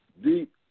deep